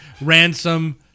Ransom